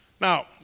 Now